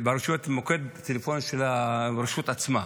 ברשויות, מוקד טלפוני של הרשות עצמה.